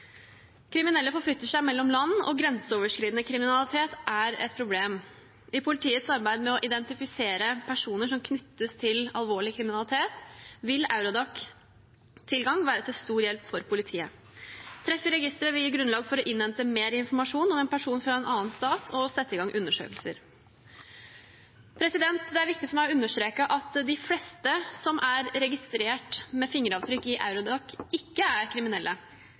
Kriminelle forflytter seg mellom land, og grenseoverskridende kriminalitet er et problem. I politiets arbeid med å identifisere personer som knyttes til alvorlig kriminalitet, vil tilgang til Eurodac være til stor hjelp for politiet. Treff i registeret vil gi grunnlag for å innhente mer informasjon om en person fra en annen stat, og å sette i gang undersøkelser. Det er viktig for meg å understreke at de fleste som er registrert med fingeravtrykk i Eurodac, ikke er kriminelle;